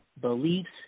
Beliefs